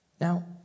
Now